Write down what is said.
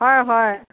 হয় হয়